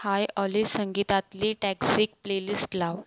हाय Olly संगीतातली toxic playlist लाव